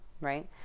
Right